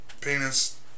penis